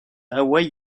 hawaï